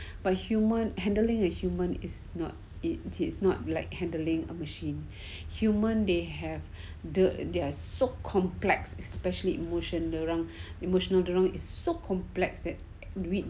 but human handling the human is not it is not like handling a machine human they have the they are so complex especially emotion dia orang emotional dia orang is so complex that we